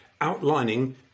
outlining